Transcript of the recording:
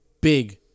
big